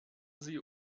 sie